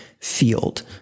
field